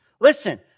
Listen